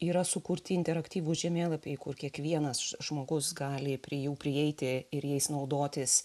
yra sukurti interaktyvūs žemėlapiai kur kiekvienas žmogus gali prie jų prieiti ir jais naudotis